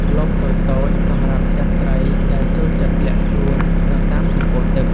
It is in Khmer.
លបតូចៗ សម្រាប់ចាប់ត្រីដែលចូលចិត្តលាក់ខ្លួននៅតាមគុម្ពោតទឹក។